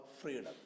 freedom